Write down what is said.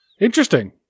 Interesting